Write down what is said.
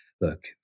look